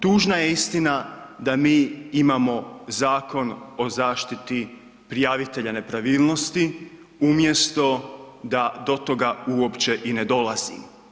Tužna je istina da mi imamo Zakon o zaštiti prijavitelja nepravilnosti umjesto da do toga uopće i ne dolazi.